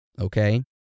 Okay